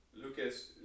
Lucas